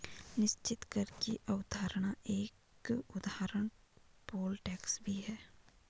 निश्चित कर की अवधारणा का एक उदाहरण पोल टैक्स भी है